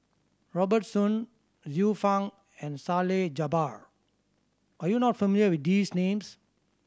Robert Soon Xiu Fang and Salleh Japar are you not familiar with these names